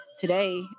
today